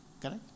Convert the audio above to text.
Correct